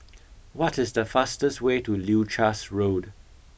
what is the fastest way to Leuchars Road